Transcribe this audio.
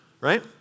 right